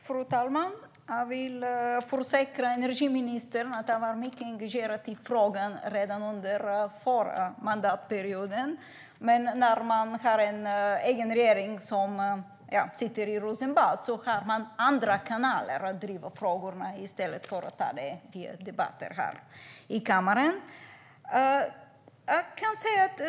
Fru talman! Jag kan försäkra energiministern om att jag var mycket engagerad i frågan redan under förra mandatperioden. Men när man har en egen regering som sitter i Rosenbad har man andra kanaler för att driva frågorna än i debatter här i kammaren.